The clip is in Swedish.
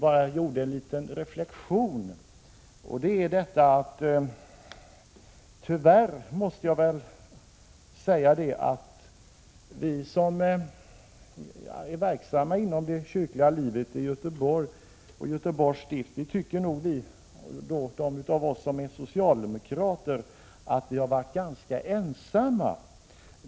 Jag gjorde bara en liten reflexion, och det är — tyvärr, måste jag väl säga — detta att vi socialdemokrater som är verksamma inom det kyrkliga livet i Göteborg och i Göteborgs stift tycker att vi varit ganska ensamma.